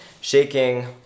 shaking